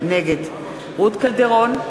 נגד רות קלדרון,